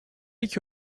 iki